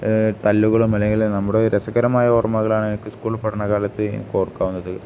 തല്ലുകളും അല്ലെങ്കിൽ നമ്മുടെ രസകരമായ ഓർമ്മകളാണ് എനിക്ക് സ്കൂൾ പഠന കാലത്ത് എനിക്ക് ഓർക്കാവുന്നത്